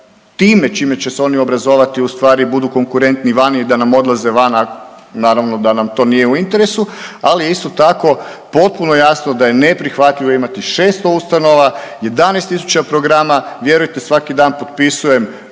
time čime će se oni obrazovati u stvari budu konkurentni vani, da nam odlaze van, naravno da nam to nije u interesu, ali je isto tako potpuno jasno da je neprihvatljivo imati 600 ustanova, 11.000 programa, vjerujte svaki dan potpisujem